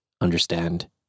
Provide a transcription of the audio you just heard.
understand